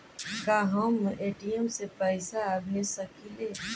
का हम ए.टी.एम से पइसा भेज सकी ले?